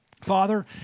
Father